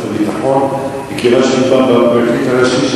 והביטחון מכיוון שמדובר בפרקליט הצבאי הראשי,